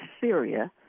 Syria